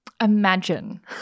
Imagine